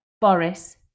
Boris